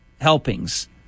helpings